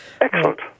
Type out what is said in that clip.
Excellent